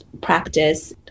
practice